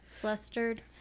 Flustered